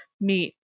meet